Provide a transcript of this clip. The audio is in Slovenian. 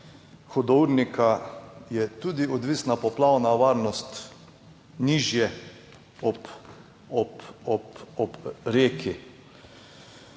hudournika je tudi odvisna poplavna varnost nižje ob reki.